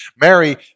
Mary